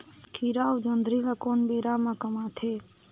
खीरा अउ जोंदरी ल कोन बेरा म कमाथे?